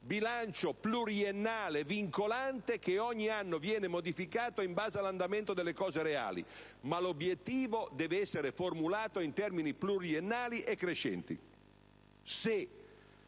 bilancio pluriennale vincolante, che ogni anno viene modificato in base all'andamento delle cose reali: ma l'obiettivo deve essere formulato in termini pluriennali e crescenti. Se